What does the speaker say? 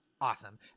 awesome